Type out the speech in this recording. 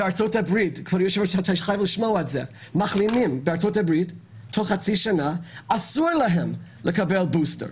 בארצות הברית מחלימים תוך חצי שנה אסור להם לקבל בוסטר.